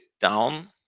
down